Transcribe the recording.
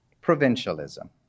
Provincialism